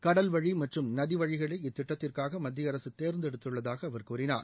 கடல்வழி மற்றும் நதிவழிகளை இத்திட்டத்திற்காக மத்திய அரசு தேர்ந்தெடுத்துள்ளதாக அவர் கூறினார்